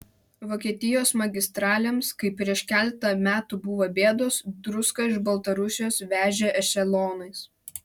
vokietijos magistralėms kai prieš keletą metų buvo bėdos druską iš baltarusijos vežė ešelonais